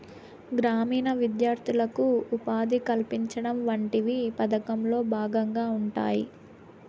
గ్రామీణ విద్యార్థులకు ఉపాధి కల్పించడం వంటివి పథకంలో భాగంగా ఉంటాయి